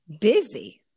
busy